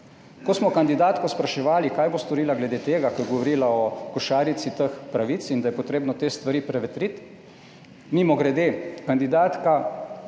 Ko smo kandidatko spraševali kaj bo storila glede tega, ko je govorila o košarici teh pravic in da je potrebno te stvari prevetriti. Mimogrede, kandidatka